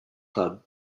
club